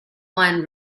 wine